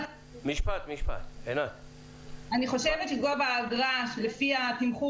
אני חושבת שגובה האגרה לפי התמחור